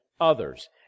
others